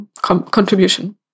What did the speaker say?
contribution